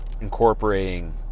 incorporating